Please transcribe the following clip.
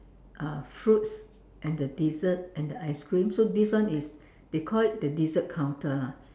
uh fruits and the dessert and the ice cream so this one is the they call it the dessert counter lah